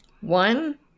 One